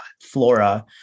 flora